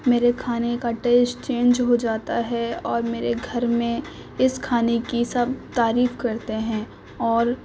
میرے کھانے کا ٹیسٹ چینج ہو جاتا ہے اور میرے گھر میں اس کھانے کی سب تعریف کرتے ہیں اور